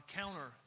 counter